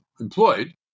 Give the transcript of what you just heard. employed